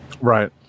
Right